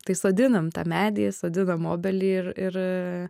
tai sodinam tą medį sodindam obelį ir ir